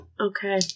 Okay